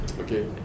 Okay